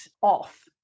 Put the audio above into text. off